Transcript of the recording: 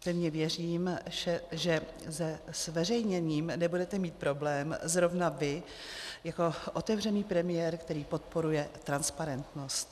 Pevně věřím, že se zveřejněním nebudete mít problém zrovna vy jako otevřený premiér, který podporuje transparentnost.